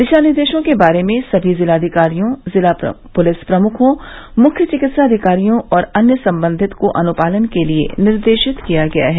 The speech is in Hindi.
दिशा निर्दशों के बारे में सभी जिलाधिकारियों जिला पुलिस प्रमुखों मुख्य चिकित्साधिकारियों और अन्य संबंधित को अनुपालन के लिये निर्देशित किया गया है